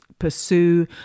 pursue